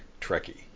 Trekkie